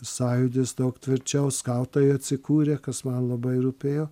sąjūdis daug tvirčiau skautai atsikūrė kas man labai rūpėjo